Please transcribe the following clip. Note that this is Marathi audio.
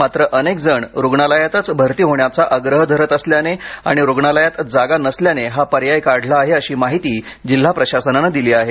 मात्र अनेक जण रुग्णालयातच भरती होण्याचं आग्रह धरत असल्याने आणि रुग्णालयात जागा नसल्याने हा पर्याय काढला आहे अशी माहिती जिल्हा प्रशासनानं दिली आहे